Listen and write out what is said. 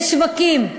בשווקים,